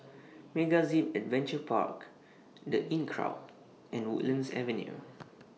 MegaZip Adventure Park The Inncrowd and Woodlands Avenue